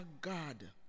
God